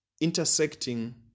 intersecting